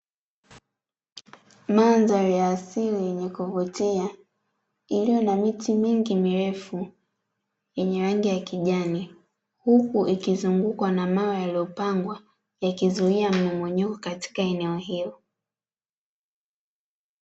Mandhari ya asili yenye kuokotea iliyo na miti mingi mirefu yenye rangi ya kijani, huku ikizungukwa na mawe yaliyo pangwa, yakizuia mmomonyoko katika eneo hilo.